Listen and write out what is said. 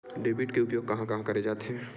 Debit के उपयोग कहां कहा करे जाथे?